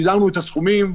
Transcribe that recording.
הגדרנו את הסכומים,